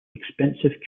expensive